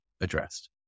addressed